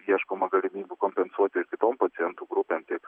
ieškoma galimybių kompensuoti ir kitom pacientų grupėm tiek